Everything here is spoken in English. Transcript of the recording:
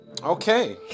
Okay